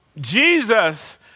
Jesus